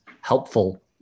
helpful